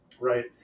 right